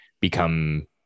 become